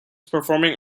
performing